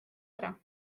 ära